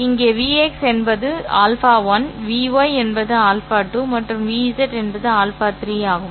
இங்கே Vx என்பது α1 Vy என்பது α2 மற்றும் Vz என்பது α3 ஆகும்